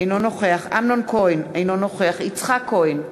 אינו נוכח אמנון כהן, אינו נוכח יצחק כהן,